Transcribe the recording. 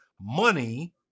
money